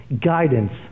Guidance